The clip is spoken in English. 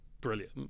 brilliant